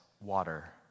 water